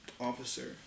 officer